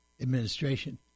administration